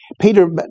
Peter